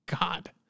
God